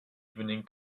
evening